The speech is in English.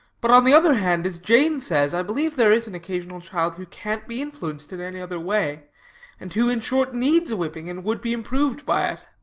but on the other hand, as jane says, i believe there is an occasional child who can't be influenced in any other way and who, in short, needs a whipping and would be improved by it.